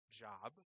job